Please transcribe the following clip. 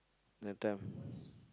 that time